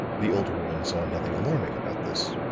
the older woman saw nothing alarming about this.